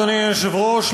אדוני היושב-ראש,